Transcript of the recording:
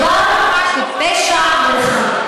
מדובר בפשע מלחמה,